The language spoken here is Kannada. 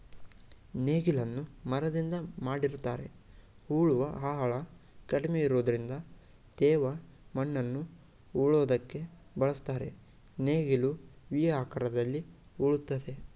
ನೇಗಿಲನ್ನು ಮರದಿಂದ ಮಾಡಿರ್ತರೆ ಉಳುವ ಆಳ ಕಡಿಮೆ ಇರೋದ್ರಿಂದ ತೇವ ಮಣ್ಣನ್ನು ಉಳೋದಕ್ಕೆ ಬಳುಸ್ತರೆ ನೇಗಿಲು ವಿ ಆಕಾರದಲ್ಲಿ ಉಳ್ತದೆ